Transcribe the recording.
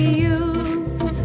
youth